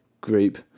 group